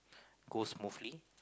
goes smoothly